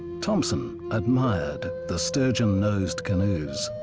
thompson admired the sturgeon-nosed canoes.